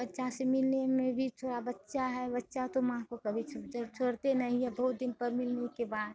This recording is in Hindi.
बच्चा से मिलने में भी थोड़ा बच्चा है बच्चा तो माँ को कभी छोड़ते नहीं हैं बहुत दिन पर मिलने के बाद